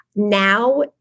Now